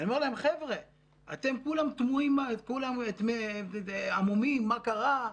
ואומר להם: כולם המומים מה קרה,